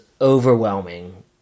overwhelming